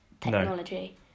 technology